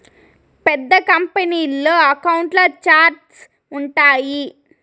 పెద్ద కంపెనీల్లో అకౌంట్ల ఛార్ట్స్ ఉంటాయి